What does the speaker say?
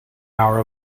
power